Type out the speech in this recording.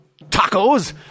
tacos